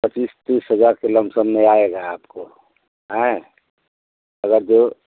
पच्चीस तीस हज़ार के लमसम में आएगा आपको अगर जो